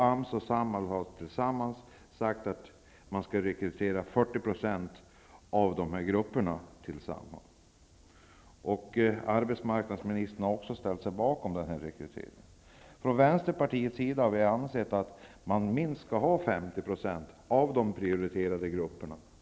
AMS och Samhall har sagt att de nu tillsammans skall rekrytera 40 % bland dessa grupper. Arbetsmarknadsministern har ställt sig bakom detta. Från Vänsterpartiets sida anser vi att de tillsammans borde rekrytera minst 50 % bland de prioriterade grupperna.